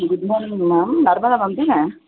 good morning ma'am Narmada ma'am தானே